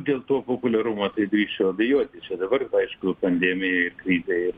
dėl to populiarumo tai drįsčiau abejoti čia dabar aišku pandemija ir krizė ir